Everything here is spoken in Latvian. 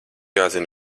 jāzina